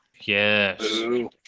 Yes